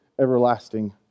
everlasting